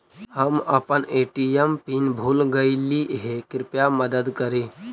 हम अपन ATM PIN भूल गईली हे, कृपया मदद करी